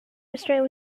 restraint